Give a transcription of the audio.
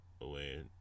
away